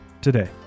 today